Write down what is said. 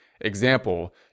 example